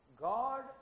God